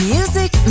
Music